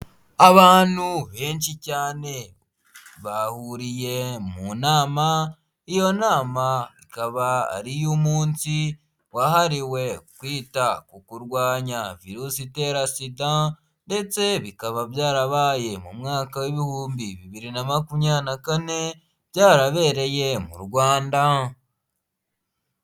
Abantu benshi cyane bahuriye mu nama, iyo nama ikaba ari iy'umunsi wahariwe kwita ku kurwanya virusi itera sida ndetse bikaba byarabaye mu mwaka w'ibihumbi bibiri na makumyabiri na kane byarabereye mu Rwanda.